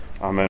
Amen